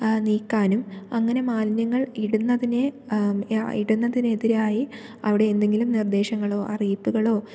നീക്കാനും അങ്ങനെ മാലിന്യങ്ങൾ ഇടുന്നതിനെ ഇടുന്നതിനെതിരായി അവിടെ എന്തെങ്കിലും നിർദ്ദേശങ്ങളോ അറിയിപ്പുകളോ